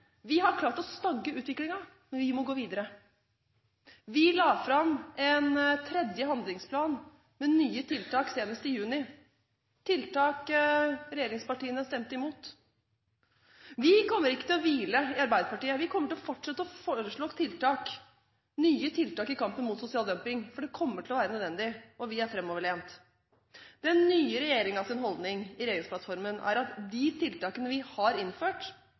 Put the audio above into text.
Vi har klart å stagge utviklingen, men vi må gå videre. Vi la fram en tredje handlingsplan med nye tiltak senest i juni, tiltak regjeringspartiene stemte imot. Vi kommer ikke til å hvile i Arbeiderpartiet, vi kommer til å fortsette å foreslå nye tiltak i kampen mot sosial dumping, for det kommer til å være nødvendig, og vi er framoverlent. Den nye regjeringens holdning i regjeringsplattformen er at de tiltakene vi har innført,